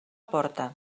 porta